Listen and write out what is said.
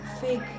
Fake